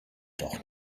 doch